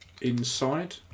inside